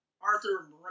Arthur